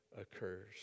occurs